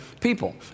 people